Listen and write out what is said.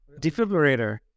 Defibrillator